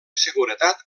seguretat